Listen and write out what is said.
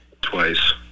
Twice